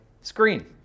screen